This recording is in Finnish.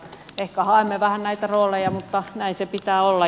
ehkä haemme vähän näitä rooleja mutta näin sen pitää olla